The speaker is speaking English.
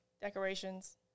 decorations